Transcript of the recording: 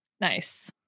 Nice